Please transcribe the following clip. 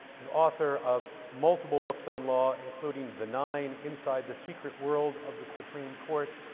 and author of multiple books on law including the nine inside the secret world of the supreme court.